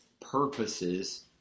purposes